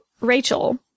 Rachel